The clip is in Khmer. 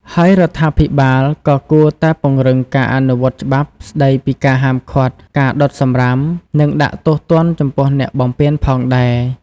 ហើយរដ្ឋាភិបាលក៏គួរតែពង្រឹងការអនុវត្តច្បាប់ស្តីពីការហាមឃាត់ការដុតសំរាម និងដាក់ទោសទណ្ឌចំពោះអ្នកបំពានផងដែរ។